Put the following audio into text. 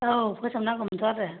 औ फोसाब नांगौमोनथ' आरो